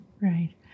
Right